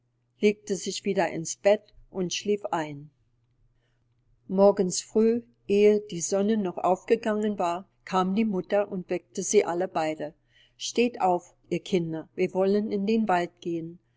legte sich wieder ins bett und schlief ein morgens früh ehe die sonne noch aufgegangen war kam die mutter und weckte sie alle beide steht auf ihr kinder wir wollen in den wald gehen